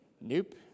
Nope